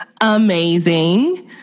Amazing